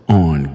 on